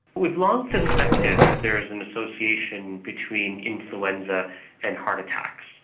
we've long suspected that there is an association between influenza and heart attacks,